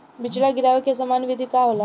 बिचड़ा गिरावे के सामान्य विधि का होला?